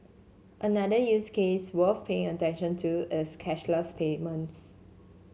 another use case worth paying attention to is cashless payments